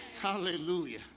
Hallelujah